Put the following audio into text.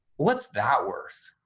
what's that worth?